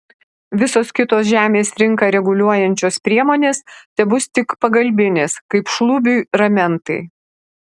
visos kitos žemės rinką reguliuojančios priemonės tebus tik pagalbinės kaip šlubiui ramentai